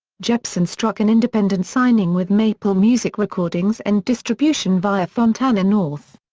jepsen struck an independent signing with maplemusic recordings and distribution via fontana north.